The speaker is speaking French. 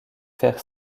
faire